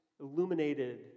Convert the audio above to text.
illuminated